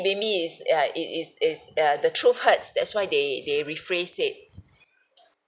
maybe is ya it is is err the truth hurts that's why they they rephrase it